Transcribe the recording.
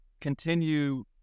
continue